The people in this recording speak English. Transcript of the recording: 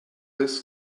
this